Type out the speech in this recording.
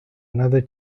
another